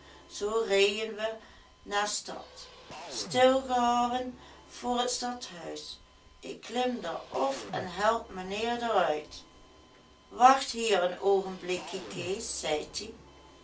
zoo reeën we na stad stilgehouën voor t stadhuis ik klim der of en help menheer der uit wacht hier een oogenblikkie kees zeit ie